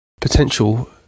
potential